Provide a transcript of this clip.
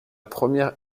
première